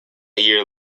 year